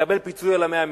תקבל פיצוי על 100 מ"ר,